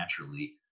naturally